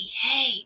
hey